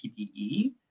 PPE